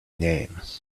names